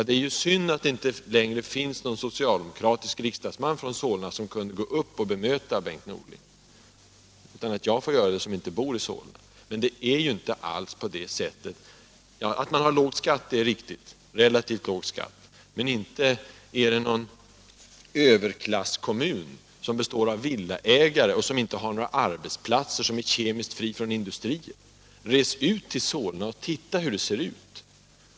Det är synd att det inte längre finns någon socialdemokratisk riksdagsman från Solna i kammaren som kunde gå upp och bemöta Bengt Norling, utan att jag får göra det. Beskrivningen stämmer inte alls. Att man har relativt låg skatt är visserligen riktigt, men Solna är inte någon överklasskommun som bara består av villaägare, vilken inte har några arbetsplatser och vilken är kemiskt fri från industrier. Res ut till Solna och titta hur det ser ut Nr 138 där!